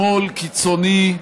שמאל קיצוני,